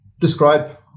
describe